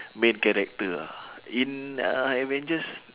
main character ah in uh avengers